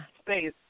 space